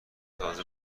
تازه